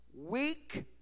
weak